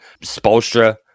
Spolstra –